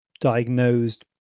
diagnosed